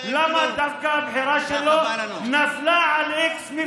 למה דווקא הבחירה שלו נפלה על מפלגה x.